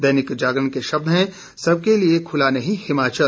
दैनिक जागरण के शब्द हैं सबके लिए खुला नहीं हिमाचल